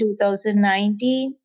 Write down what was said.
2019